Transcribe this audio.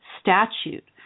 statute